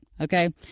Okay